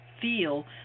feel